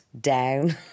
down